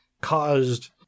caused